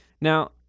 Now